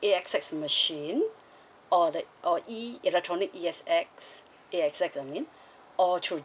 A_X_S machine or like or e electronic E_X_S A_X_S I mean or through